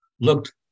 looked